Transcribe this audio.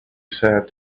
said